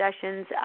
sessions